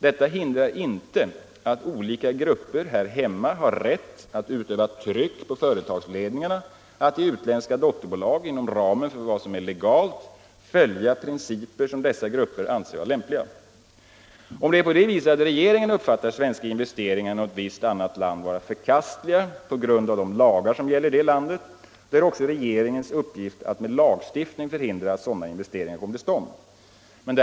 Detta hindrar inte att olika grupper här hemma har rätt att utöva tryck på företagsledningarna att i utländska dotterbolag inom ramen för vad som är legalt följa principer som dessa grupper anser vara lämpliga. Om det är på det viset att regeringen uppfattar svenska investeringar i något visst annat land vara förkastliga på grund av de lagar som gäller i det landet, är det regeringens uppgift att med lagstiftning förhindra att sådana investeringar kommer till stånd.